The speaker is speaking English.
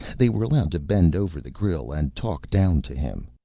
they were allowed to bend over the grille and talk down to him.